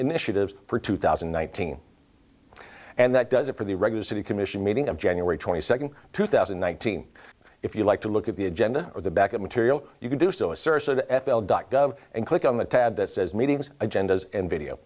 initiatives for two thousand and nineteen and that does it for the regular city commission meeting of january twenty second two thousand and nineteen if you like to look at the agenda or the back of material you can do so a search of the f l dot gov and click on the tab that says meetings agendas and video